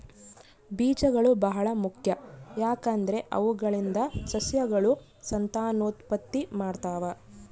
ಬೀಜಗಳು ಬಹಳ ಮುಖ್ಯ, ಯಾಕಂದ್ರೆ ಅವುಗಳಿಂದ ಸಸ್ಯಗಳು ಸಂತಾನೋತ್ಪತ್ತಿ ಮಾಡ್ತಾವ